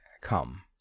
come